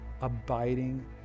abiding